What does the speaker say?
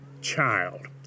child